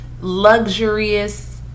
luxurious